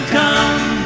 come